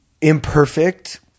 imperfect